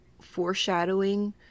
foreshadowing